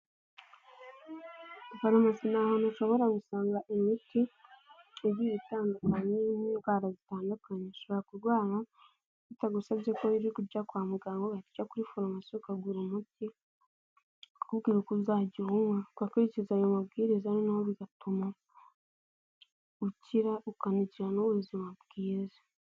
Farumasi ni ahantu ushobora gusanga imiti igiye itandukanye y'indwara zitandukanye, ushobora kurwara bitagusabye ko ujya kwa muganga ukajya kuri forumasi ukagura umuti bakakubwira uko uzajya uwunywa ugakurikiza ayo mabwiriza noneho bigatuma ukira ukanajyira ubuzima bwiza.